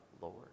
Lord